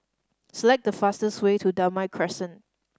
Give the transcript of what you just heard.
select the fastest way to Damai Crescent